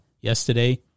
yesterday